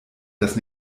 das